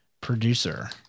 Producer